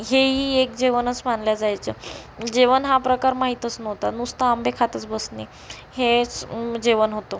हेही एक जेवणच मानल्या जायचं जेवण हा प्रकार माहीतच नव्हता नुसतं आंबे खातच बसणे हेच जेवण होतं